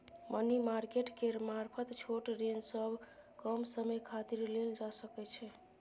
money market केर मारफत छोट ऋण सब कम समय खातिर लेल जा सकइ छै